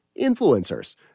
influencers